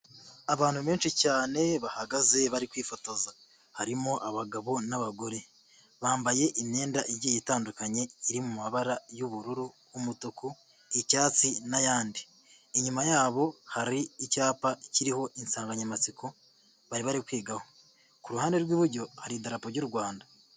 Abantu benshi cyane bahagaze bari kwifotoza. Harimo abagabo n'abagore. Bambaye imyenda igiye itandukanye, iri mu mabara y'ubururu n'umutuku, icyatsi n'ayandi. Inyuma yabo hari icyapa kiriho insanganyamatsiko bari bari kwigaho. Ku ruhande rw'iburyo hari idarapo ry'u Rwanda.